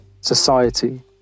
society